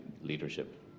leadership